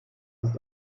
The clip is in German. ist